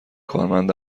کارمند